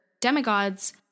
demigods